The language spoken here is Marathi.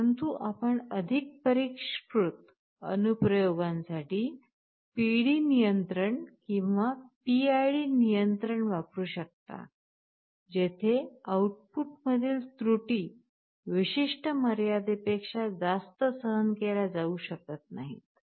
परंतु आपण अधिक परिष्कृत अनुप्रयोगांमध्ये PD नियंत्रण किंवा PID नियंत्रण वापरू शकता जेथे आउटपुटमधील त्रुटी विशिष्ट मर्यादेपेक्षा जास्त सहन केल्या जाऊ शकत नाहीत